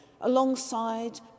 alongside